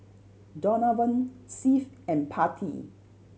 Donavon Seth and Patti